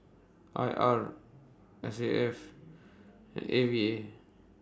I R S A F and A V A